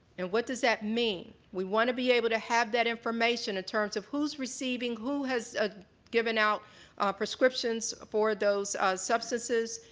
and what does that mean? we want to be able to have that information in terms of who's receiving, who has ah given out prescriptions for those substance as,